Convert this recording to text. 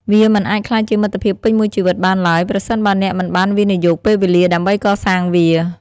វាមិនអាចក្លាយជាមិត្តភាពពេញមួយជីវិតបានឡើយប្រសិនបើអ្នកមិនបានវិនិយោគពេលវេលាដើម្បីកសាងវា។